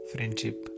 Friendship